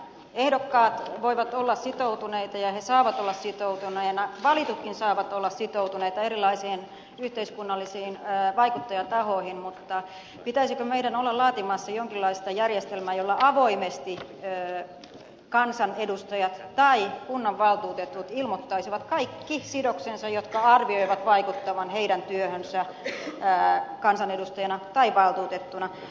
ehdokkaat voivat olla sitoutuneita ja he saavat olla sitoutuneita valitutkin saavat olla sitoutuneita erilaisiin yhteiskunnallisiin vaikuttajatahoihin mutta pitäisikö meidän olla laatimassa jonkinlaista järjestelmää jolla avoimesti kansanedustajat tai kunnanvaltuutetut ilmoittaisivat kaikki sidoksensa joiden arvioivat vaikuttavan työhönsä kansanedustajana tai valtuutettuna